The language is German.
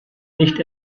nicht